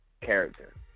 character